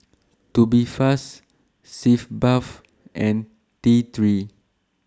Tubifast Sitz Bath and T three